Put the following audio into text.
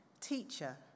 teacher